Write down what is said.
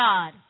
God